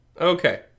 Okay